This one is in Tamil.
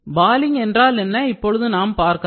பாலிங் என்றால் என்ன என்று இப்பொழுது பார்க்கலாம்